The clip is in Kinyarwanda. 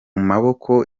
maboko